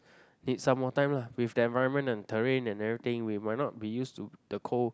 need some more time lah with the environment and the terrain and everything we might not be used to the cold